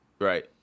Right